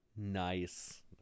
Nice